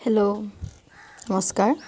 hello নমস্কাৰ